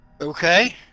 Okay